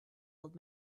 old